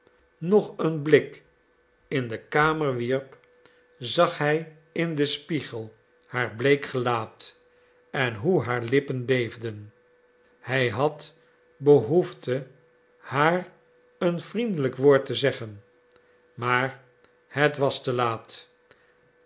nog een blik in de kamer wierp zag hij in den spiegel haar bleek gelaat en hoe haar lippen beefden hij had behoefte haar een vriendelijk woord te zeggen maar het was te laat